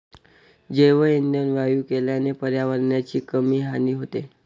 जैवइंधन वायू केल्याने पर्यावरणाची कमी हानी होते